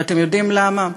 ואתם יודעים למה?